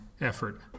effort